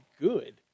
good